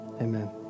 Amen